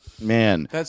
Man